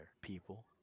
people